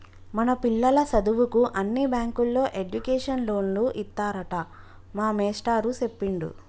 మన పిల్లల సదువుకు అన్ని బ్యాంకుల్లో ఎడ్యుకేషన్ లోన్లు ఇత్తారట మా మేస్టారు సెప్పిండు